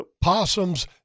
possums